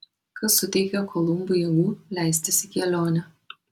kas suteikė kolumbui jėgų leistis į kelionę